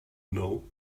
know